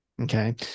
okay